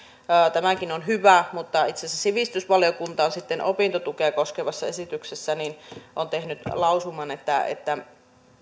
tämäkin on hyvä mutta itse asiassa sivistysvaliokunta on sitten opintotukea koskevassa esityksessä tehnyt lausuman että että